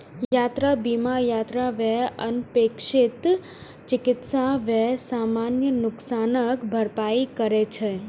यात्रा बीमा यात्रा व्यय, अनपेक्षित चिकित्सा व्यय, सामान नुकसानक भरपाई करै छै